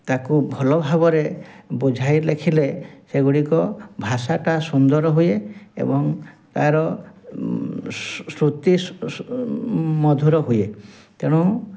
ତାକୁ ଭଲ ଭାବରେ ବୁଝାଇ ଲେଖିଲେ ସେଗୁଡ଼ିକ ଭାଷାଟା ସୁନ୍ଦର ହୁଏ ଏବଂ ତାର ଶ୍ରୁତି ମଧୁର ହୁଏ ତେଣୁ